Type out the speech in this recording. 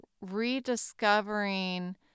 rediscovering